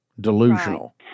delusional